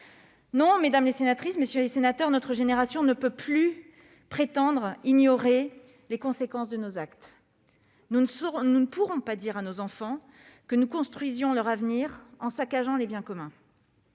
Non, mesdames, messieurs les sénateurs, notre génération ne peut plus prétendre ignorer les conséquences de ses actes. Nous ne pourrons pas dire à nos enfants que nous construisions leur avenir en saccageant les biens communs.